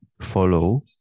follow